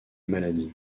maladies